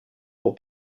pour